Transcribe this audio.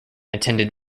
attended